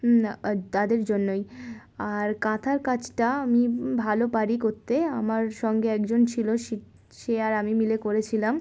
তাদের জন্যই আর কাঁথার কাজটা আমি ভালো পারি করতে আমার সঙ্গে একজন ছিল সে আর আমি মিলে করেছিলাম